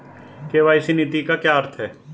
KYC नीति का क्या अर्थ है?